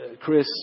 Chris